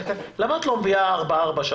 למה את לא מביאה ארבע-ארבע,